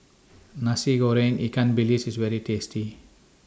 Nasi Goreng Ikan Bilis IS very tasty